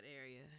area